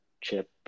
chip